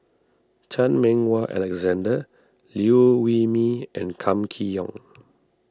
Chan Meng Wah Alexander Liew Wee Mee and Kam Kee Yong